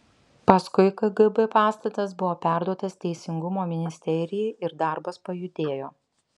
paskui kgb pastatas buvo perduotas teisingumo ministerijai ir darbas pajudėjo